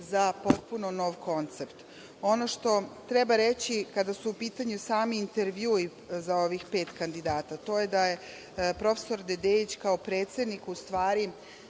za potpuno nov koncept. Ono što treba reći kada su u pitanju sami intervjui za ovih pet kandidata, to je da je prof. Dedeić, kao predsednik, u stvari,